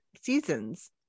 seasons